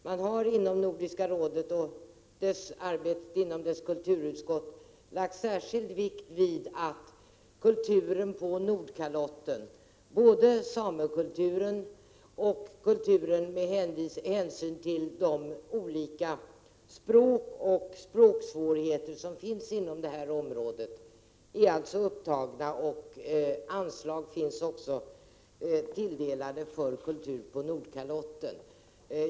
Man har inom Nordiska rådets kulturutskott lagt stor vikt vid att kulturen på Nordkalotten, både samekulturen och kulturen med hänsyn tagen till de olika språk och språksvårigheter som finns inom detta område. Man har också givit anslag för främjande av kultur på Nordkalotten.